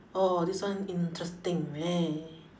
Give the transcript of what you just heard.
oh this one interesting !wah!